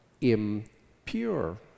impure